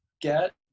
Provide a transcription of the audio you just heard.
get